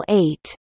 eight